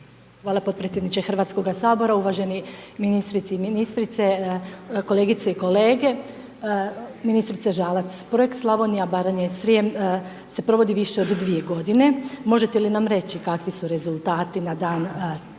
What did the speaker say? Hvala potpredsjedniče Hrvatskog sabora. Uvaženi ministrice i ministri, kolegice i kolege. Ministrice Žalac projekt Slavonija Baranja i Srijem se provodi više od 2 g. možete li nam reći, kakvi su rezultati na dan 31.12.